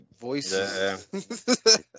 voices